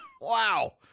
Wow